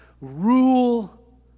rule